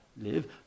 Live